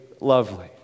lovely